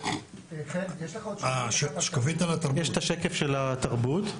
את השקף של התרבות,